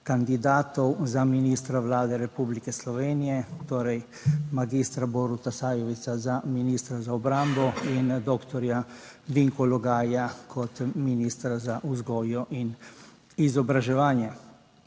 kandidatov za ministra Vlade Republike Slovenije, torej magistra Boruta Sajovica za ministra za obrambo in doktorja Vinka Logaja kot ministra za vzgojo in izobraževanje.